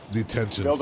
Detention